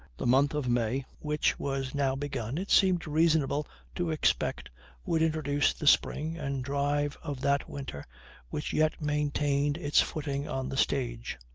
the month of may, which was now begun, it seemed reasonable to expect would introduce the spring, and drive of that winter which yet maintained its footing on the stage.